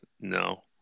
No